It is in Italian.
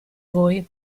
voi